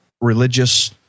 religious